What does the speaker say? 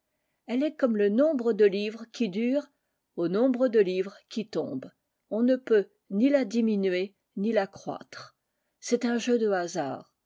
elle est comme le nombre de livres qui durent au nombre de livres qui tombent on ne peut ni la diminuer ni l'accroître c'est un jeu de hasard